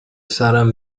سرم